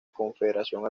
confederación